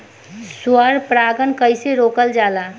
स्व परागण कइसे रोकल जाला?